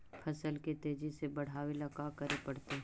फसल के तेजी से बढ़ावेला का करे पड़तई?